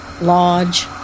lodge